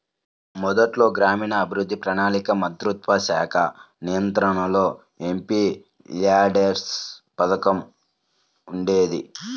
మొదట్లో గ్రామీణాభివృద్ధి, ప్రణాళికా మంత్రిత్వశాఖ నియంత్రణలో ఎంపీల్యాడ్స్ పథకం ఉండేది